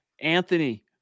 Anthony